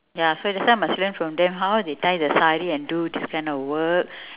ya so that's why must learn from them how they tie the sari and do this kind of work